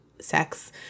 sex